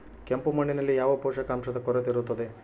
ಕೆಂಪು ಮಣ್ಣಿನಲ್ಲಿ ಯಾವ ಪೋಷಕಾಂಶದ ಕೊರತೆ ಇರುತ್ತದೆ?